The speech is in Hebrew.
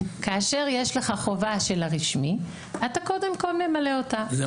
כאשר יש לך חובה של הרשמי אתה קודם כל ממלא אותה -- זה